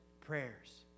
prayers